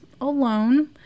alone